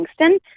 Kingston